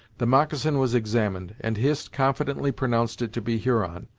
the moccasin was examined, and hist confidently pronounced it to be huron,